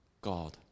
God